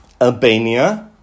Albania